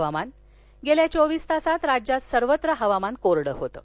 हवामान गेल्या चोवीस तासात राज्यात सर्वत्र हवामान कोरडं होतं